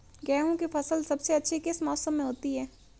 गेंहू की फसल सबसे अच्छी किस मौसम में होती है?